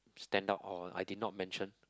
stand out or I did not mention